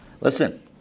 Listen